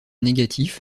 négatif